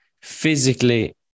physically